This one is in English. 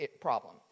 problem